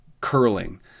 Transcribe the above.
curling